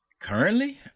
Currently